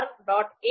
ahp